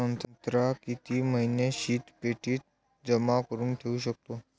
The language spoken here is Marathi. संत्रा किती महिने शीतपेटीत जमा करुन ठेऊ शकतो?